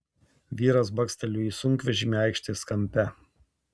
vyras bakstelėjo į sunkvežimį aikštės kampe